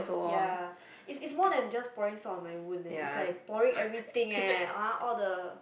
ya is is more than just pouring salt on my wound leh is like pouring everything eh ah all the